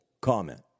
comment